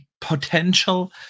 potential